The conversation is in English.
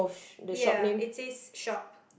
ya it says shop